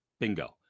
Bingo